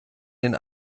den